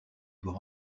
doit